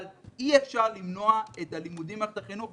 אבל אי אפשר למנוע את הלימודים במערכת החינוך.